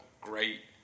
great